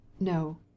No